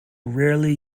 rarely